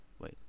wait